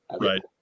Right